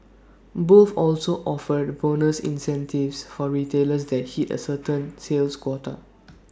both also offered bonus incentives for retailers that hit A certain sales quota